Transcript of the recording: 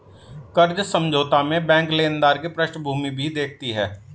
कर्ज समझौता में बैंक लेनदार की पृष्ठभूमि भी देखती है